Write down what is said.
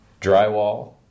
drywall